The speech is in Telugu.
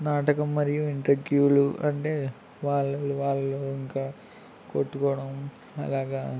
నాటకం మరియు ఇన్ట్రక్యూలు అంటే వాళ్ళలో వాళ్ళు ఇంకా కొట్టుకోవడం అలాగా